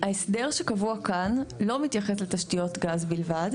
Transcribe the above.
ההסדר שקבוע כאן לא מתייחס לתשתיות גז בלבד.